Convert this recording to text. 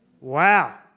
Wow